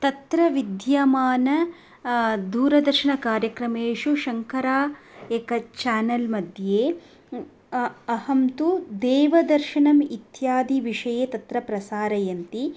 तत्र विद्यमानेषु दूरदर्शनकार्यक्रमेषु शङ्करा एक चानेल्मध्ये अहं तु देवदर्शनम् इत्यादिविषये तत्र प्रसारयन्ति